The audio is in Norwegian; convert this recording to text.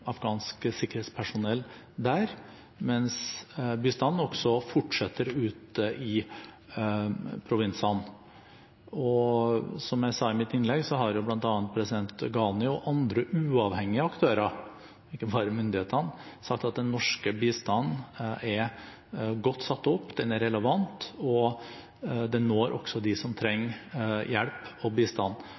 jeg sa i mitt innlegg, har bl.a. president Ghani og andre uavhengige aktører, ikke bare myndighetene, sagt at den norske bistanden er godt satt opp, at den er relevant, og at den når også dem som trenger hjelp og bistand